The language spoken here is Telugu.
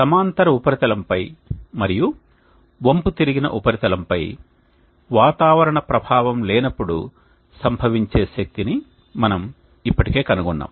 సమాంతర ఉపరితలంపై మరియు వంపుతిరిగిన ఉపరితలంపై వాతావరణ ప్రభావం లేనప్పుడు సంభవించే శక్తిని మనము ఇప్పటికే కనుగొన్నాము